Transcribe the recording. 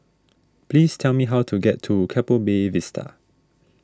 please tell me how to get to Keppel Bay Vista